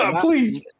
Please